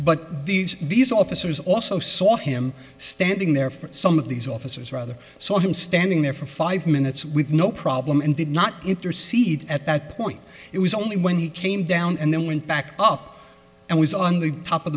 but these these officers also saw him standing there for some of these officers rather saw him standing there for five minutes with no problem and did not intercede at that point it was only when he came down and then went back up and was on the top of